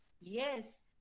Yes